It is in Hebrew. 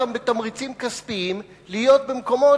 אותם בתמריצים כספיים להיות במקומות,